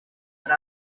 hari